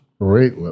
great